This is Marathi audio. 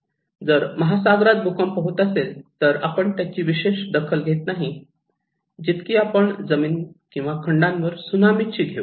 जर महासागरात भूकंप होत असेल तर आपण त्याची विशेष दखल घेत नाही जितकी आपण जमीन खंडावर सुनामी ची घेऊ